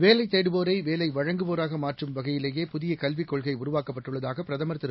வேலைதேடுவோரை வேலைவழங்குவோராகமாற்றும்வகையிலேயே புதியகல்விக்கொள்கைஉருவாக்கப்பட்டுள்ளதாகபிரதமர்தி ரு